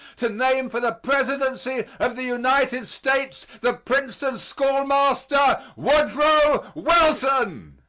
to name for the presidency of the united states the princeton schoolmaster, woodrow wilson.